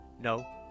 No